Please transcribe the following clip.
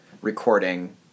recording